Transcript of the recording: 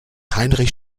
heinrich